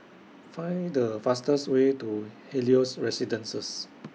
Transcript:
Find The fastest Way to Helios Residences